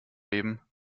leben